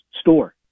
store